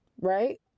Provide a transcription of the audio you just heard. right